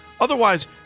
otherwise